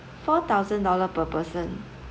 four thousand dollar per person